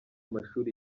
mashuri